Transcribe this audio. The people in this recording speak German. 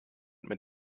mit